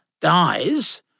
dies